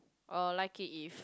uh like it if